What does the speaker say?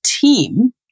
team